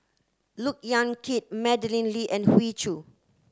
Look Yan Kit Madeleine Lee and Hoey Choo